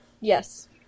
Yes